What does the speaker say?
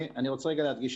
אני רוצה רגע להדגיש,